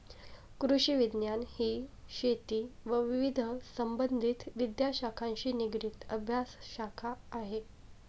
कृषिविज्ञान ही शेती व विविध संबंधित विद्याशाखांशी निगडित अभ्यासशाखा आहे